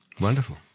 Wonderful